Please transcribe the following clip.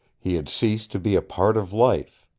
he had ceased to be a part of life.